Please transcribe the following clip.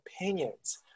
opinions